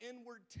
inward